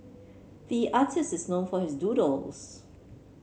the artist is known for his doodles